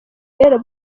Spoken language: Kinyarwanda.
rero